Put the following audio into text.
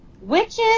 witches